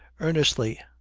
earnestly,